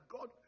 God